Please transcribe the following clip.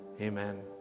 Amen